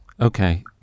Okay